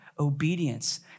obedience